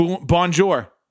Bonjour